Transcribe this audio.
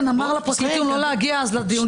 אמר לפרקליטים לא להגיע אז לדיונים.